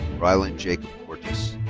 rylan jacob kortus.